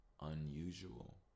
Unusual